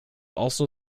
also